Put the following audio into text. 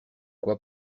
quoi